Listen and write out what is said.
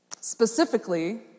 Specifically